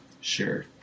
sure